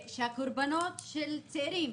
הקורבנות של צעירים